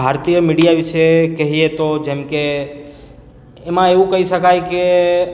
ભારતીય મીડિયા વિશે કહીએ તો જેમ કે એમાં એવું કહી શકાય કે